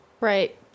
Right